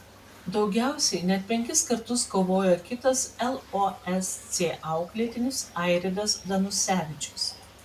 daugiausiai net penkis kartus kovojo kitas losc auklėtinis airidas danusevičius